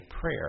prayer